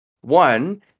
One